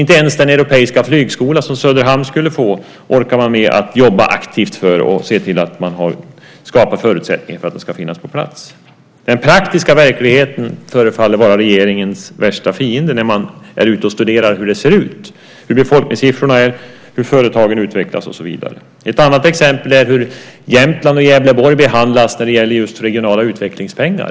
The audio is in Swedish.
Inte ens den europeiska flygskola som Söderhamn skulle få orkar man jobba aktivt för och se till att skapa förutsättningar för att den ska finnas på plats. Den praktiska verkligheten förefaller vara regeringens värsta fiende. Det kan man konstatera när man är ute och studerar hur det ser ut, hur befolkningssiffrorna är, hur företagen utvecklas och så vidare. Ett annat exempel är hur Jämtland och Gävleborg behandlas när det gäller just regionala utvecklingspengar.